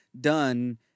done